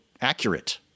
accurate